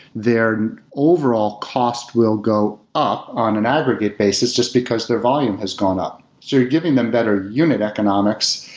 their overall cost will go up on an aggregate basis just because their volume has gone up. so you're giving them better unit economics.